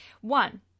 One